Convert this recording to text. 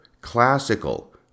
classical